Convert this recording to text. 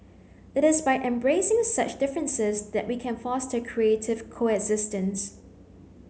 it is by embracing such differences that we can foster creative coexistence